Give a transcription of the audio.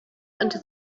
into